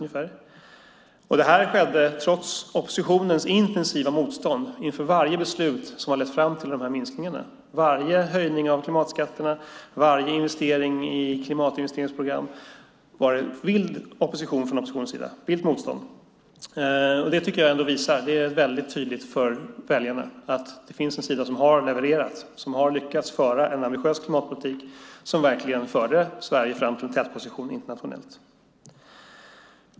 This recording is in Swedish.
Detta skedde trots den dåvarande oppositionens intensiva motstånd inför varje beslut som har lett fram till dessa minskningar. Vid varje höjning av klimatskatterna och vid varje investering i klimatinvesteringsprogram var det ett vilt motstånd från oppositionens sida. Det tycker jag tydligt visar för väljarna att det finns en sida som har levererat och som har lyckats föra en ambitiös klimatpolitik som verkligen förde Sverige fram till en tätposition internationellt.